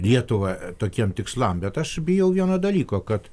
lietuvą tokiem tikslam bet aš bijau vieno dalyko kad